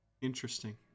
Interesting